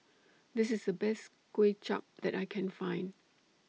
This IS The Best Kway Chap that I Can Find